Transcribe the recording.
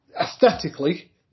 aesthetically